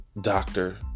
doctor